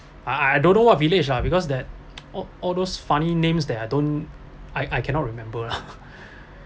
I I don't know what village lah because that all all those funny names that I don't I I cannot remember lah